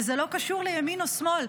וזה לא קשור לימין ושמאל,